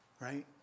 right